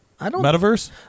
Metaverse